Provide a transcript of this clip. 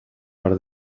per